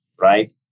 Right